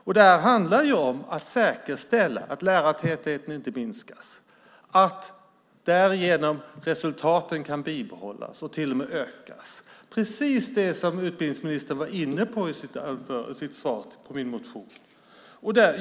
Detta handlar om att säkerställa att lärartätheten inte minskas så att resultaten därigenom kan bibehållas och till och med öka - precis det som utbildningsministern var inne på i sitt svar på min interpellation.